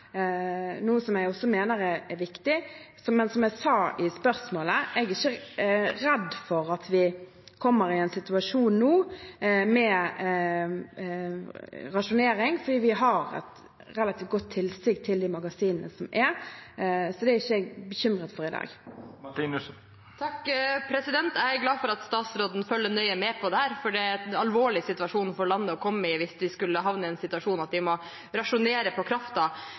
noe jeg også mener er viktig. Men som jeg sa i svaret på spørsmålet: Jeg er ikke redd for at vi nå kommer i en situasjon med rasjonering, for vi har et relativt godt tilsig til de magasinene som er. Så det er jeg ikke bekymret for i dag. Jeg er glad for at statsråden følger nøye med på dette, for det er alvorlig for landet hvis vi skulle havne i den situasjonen at vi må rasjonere på